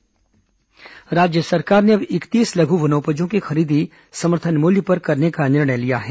लघु वनोपज खरीदी राज्य सरकार ने अब इकतीस लघ् वनोपजों की खरीदी समर्थन मूल्य पर करने का निर्णय लिया है